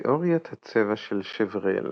תאוריית הצבע של שוורל